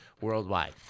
worldwide